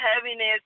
heaviness